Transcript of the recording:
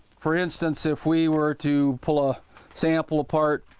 for instance if we were to pull a sample apart